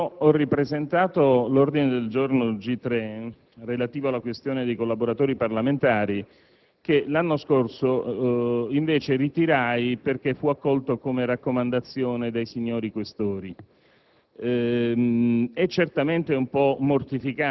Signor Presidente, ho ripresentato l'ordine del giorno G3, relativo alla questione dei collaboratori parlamentari, che l'anno scorso invece ritirai perché fu accolto come raccomandazione dai signori Questori.